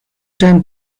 tend